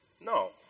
No